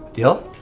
deal.